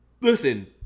listen